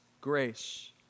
grace